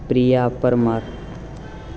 Priya Parmar